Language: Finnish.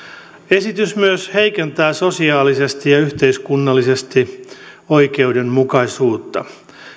esitys myös heikentää sosiaalisesti ja yhteiskunnallisesti oikeudenmukaisuutta